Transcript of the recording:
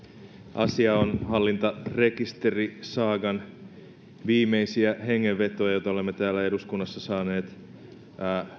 asia on hallintarekisterisaagan viimeisiä hengenvetoja joita olemme täällä eduskunnassa saaneet